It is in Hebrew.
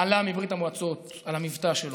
עלה מברית המועצות, על המבטא שלו.